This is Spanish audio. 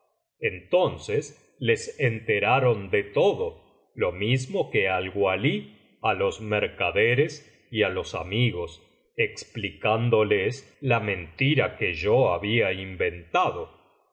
entonces les enteraron de todo lo mismo que al walí á los mercaderes y á los amigos explicándoles la mentira que yo había inventado